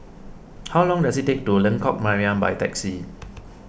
how long does it take to Lengkok Mariam by taxi